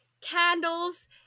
candles